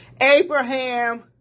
Abraham